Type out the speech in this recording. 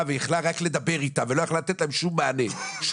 והיא יכלה רק לדבר איתה ולא יכלה לתת להם שום מענה -- בול.